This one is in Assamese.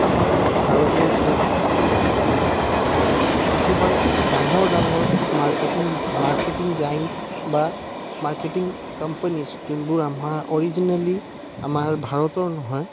আমাৰ ভাৰতবৰ্ষত কিছুমান ডাঙৰ ডাঙৰ marketing marketing giant marketing companies যোনবোৰ আমাৰ অৰিজিনেলি আমাৰ ভাৰতৰ নহয়